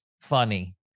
funny